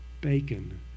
bacon